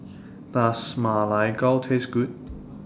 Does Ma Lai Gao Taste Good